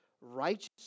righteous